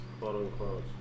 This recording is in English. quote-unquote